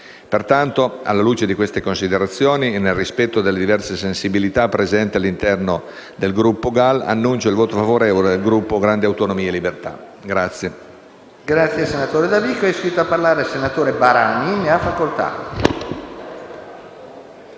Pertanto, alla luce di queste considerazioni, e nel rispetto delle diverse sensibilità presenti all'interno del Gruppo, annuncio il voto favorevole del Gruppo Grandi Autonomie e Libertà.